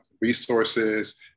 resources